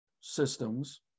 systems